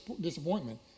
disappointment